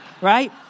right